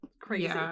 Crazy